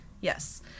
yes